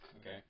Okay